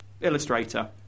illustrator